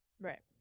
Right